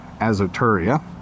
azoturia